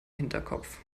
hinterkopf